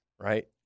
right